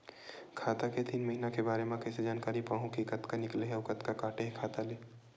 खाता के तीन महिना के बारे मा कइसे जानकारी पाहूं कि कतका निकले हे अउ कतका काटे हे खाता ले?